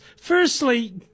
Firstly